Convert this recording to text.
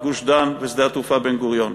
גוש-דן ושדה התעופה בן-גוריון.